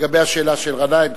לגבי השאלה של גנאים,